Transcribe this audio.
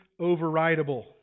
overridable